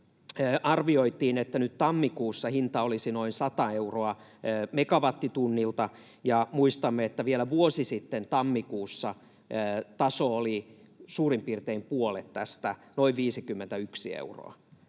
arvioitiin, että nyt tammikuussa hinta olisi noin 100 euroa megawattitunnilta, ja muistamme, että vielä vuosi sitten tammikuussa taso oli suurin piirtein puolet tästä, noin 51 euroa.